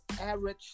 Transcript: average